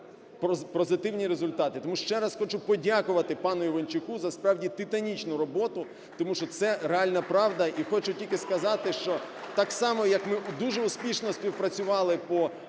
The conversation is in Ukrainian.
Тому ще раз хочу подякувати пану Іванчуку за, справді, титанічну роботу, тому що це реальна правда. І хочу тільки сказати, що так саме, як ми дуже успішно співпрацювали по